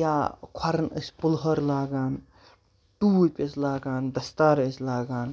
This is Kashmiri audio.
یا کھۄرن ٲسۍ پُلہور لاگان ٹوٗپۍ ٲسۍ لاگان دَستار ٲسۍ لاگان